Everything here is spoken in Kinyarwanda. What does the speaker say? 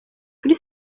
kuri